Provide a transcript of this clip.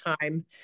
time